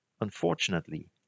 Unfortunately